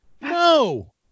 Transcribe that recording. No